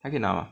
还可以拿吗